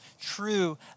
true